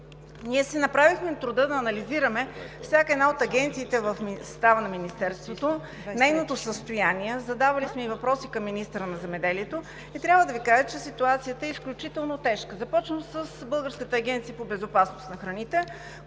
Ние си направихме труда да анализираме всяка една от агенциите в състава на Министерството, нейното състояние, задавали сме и въпроси към министъра на земеделието, храните и горите. Трябва да Ви кажа, че ситуацията е изключително тежка. Започвам с Българската агенция по безопасност на храните